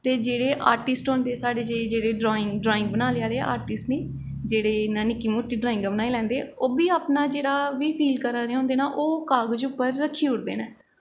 ते जेह्ड़े आर्टिस्ट होंदे साढ़े जेह् जेह्ड़े ड्राईंग ड्राईंग बनाने आह्ले आर्टिस्ट निं जेह्ड़े इ'यां निक्की मुट्टी ड्राईंगां बनाई लैंदे ओह् बी अपना जेह्ड़ा ओह् बी फील करी दे होंदे न ओह् कागज़ उप्पर रक्खी ओड़दे न